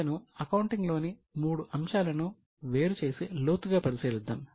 ఇంకనూ అకౌంటింగ్ లోని మూడు అంశాలను వేరుచేసి లోతుగా పరిశీలిద్దాం